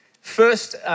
first